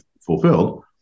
fulfilled